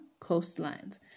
coastlines